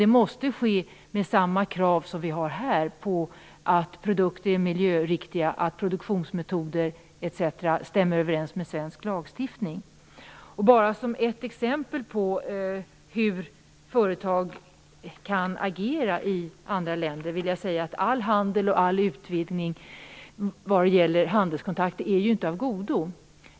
Det måste dock ske med upprätthållande av samma krav som vi här ställer på att produkter skall vara miljöriktiga, att produktionsmetoder stämmer överens med svensk lagstiftning etc. Jag vill bara peka på ett exempel på att inte all utvidgning av handelskontakter är av godo.